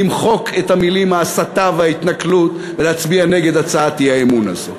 למחוק את המילים "ההסתה וההתנכלות" ולהצביע נגד הצעת האי-אמון הזאת.